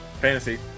Fantasy